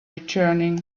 returning